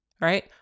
Right